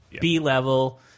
B-level